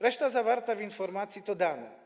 Reszta zawarta w informacji to dane.